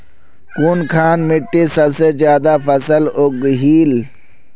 कुनखान मिट्टी सबसे ज्यादा फसल उगहिल?